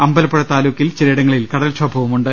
അമ്പലപ്പുഴ താലൂക്കിൽ ചിലയിടങ്ങളിൽ കടൽക്ഷോഭവുമുണ്ട്